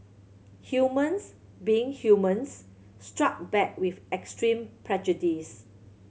humans being humans struck back with extreme prejudice